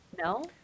no